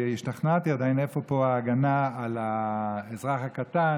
השתכנעתי עדיין איפה פה ההגנה על האזרח הקטן,